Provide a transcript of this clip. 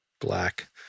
black